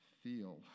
Feel